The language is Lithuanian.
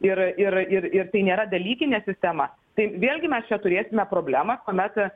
ir ir ir ir tai nėra dalykinė sistema tai vėlgi mes čia turėsime problemą kuomet